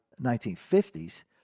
1950s